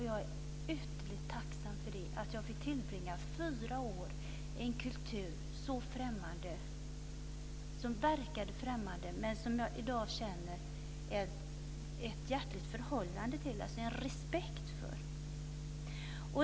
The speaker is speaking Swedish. Jag är ytterligt tacksam för att jag fick tillbringa fyra år i en kultur som verkade främmande men som jag i dag känner ett hjärtligt förhållande till och respekt för.